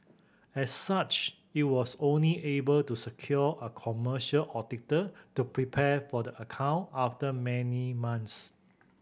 as such it was only able to secure a commercial auditor to prepare for the account after many months